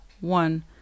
one